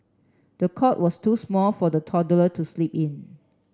the cot was too small for the toddler to sleep in